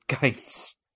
games